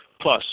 plus